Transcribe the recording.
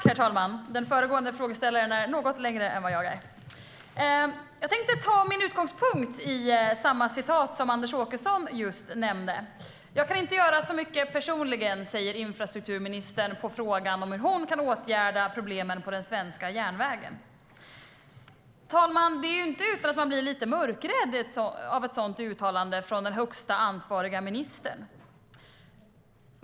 Herr talman! Jag tar min utgångspunkt i samma citat som Anders Åkesson just nämnde. Jag kan inte göra så mycket personligen, säger infrastrukturministern som svar på frågan om hur hon kan åtgärda problemen på den svenska järnvägen. Herr talman! Det är inte utan att man blir lite mörkrädd av ett sådant uttalande från den högst ansvariga ministern.